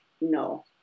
no